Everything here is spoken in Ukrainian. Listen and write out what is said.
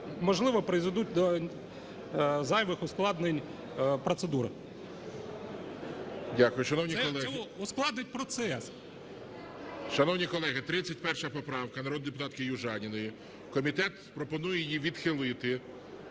можливо, призведуть до зайвих ускладнень процедури. Це ускладнить процес. ГОЛОВУЮЧИЙ. Дякую. Шановні колеги, 31 поправка народної депутатки Южаніної. Комітет пропонує її відхилити.